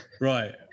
Right